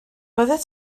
byddet